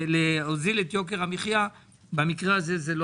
נציג האוצר, אני